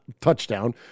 touchdown